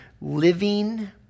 living